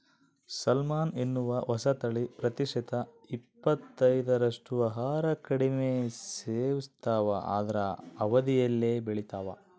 salmon ಎನ್ನುವ ಹೊಸತಳಿ ಪ್ರತಿಶತ ಇಪ್ಪತ್ತೈದರಷ್ಟು ಆಹಾರ ಕಡಿಮೆ ಸೇವಿಸ್ತಾವ ಅರ್ಧ ಅವಧಿಯಲ್ಲೇ ಬೆಳಿತಾವ